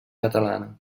catalana